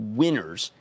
winners